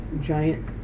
Giant